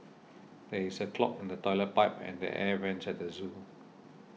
there is a clog in the Toilet Pipe and the Air Vents at the zoo